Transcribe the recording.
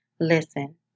Listen